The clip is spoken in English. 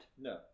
No